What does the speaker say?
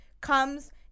comes